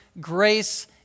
grace